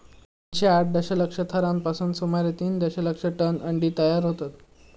दोनशे साठ दशलक्ष थरांपासून सुमारे तीन दशलक्ष टन अंडी तयार होतत